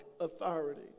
authority